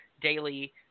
daily